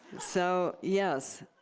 so, yes,